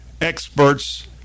Experts